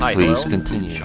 um please, continue.